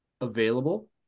available